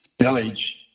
village